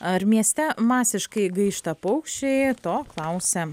ar mieste masiškai gaišta paukščiai to klausia